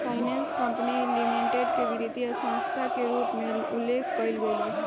finance company limited के वित्तीय संस्था के रूप में उल्लेख कईल गईल बा